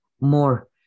more